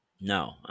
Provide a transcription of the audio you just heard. No